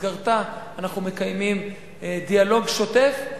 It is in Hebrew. שבמסגרתה אנחנו מקיימים דיאלוג שוטף,